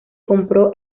compró